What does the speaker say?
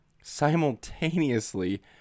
Simultaneously